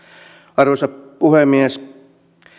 arvoisa puhemies